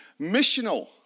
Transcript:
missional